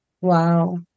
Wow